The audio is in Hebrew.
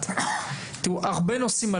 ועלו בו הרבה נושאים,